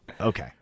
okay